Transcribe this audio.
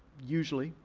usually,